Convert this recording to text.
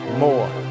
more